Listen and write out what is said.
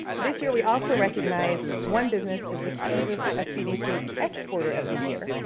this year we also recognized one business as the kansas sbdc exporter of the year,